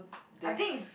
I think is